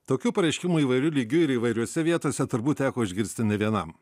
tokių pareiškimų įvairiu lygiu ir įvairiose vietose turbūt teko išgirsti ne vienam